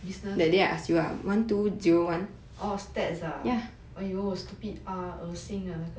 business orh stats ah !aiyo! stupid R 恶心 uh 那个